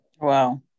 Wow